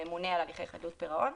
פה לממונה על הליכי חדלות פירעון,